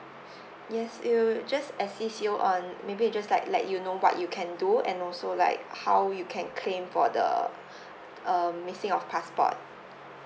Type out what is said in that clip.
yes it would just assist you on maybe it just like let you know what you can do and also like how you can claim for the uh missing of passport